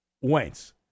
Wentz